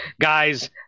guys